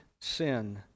sin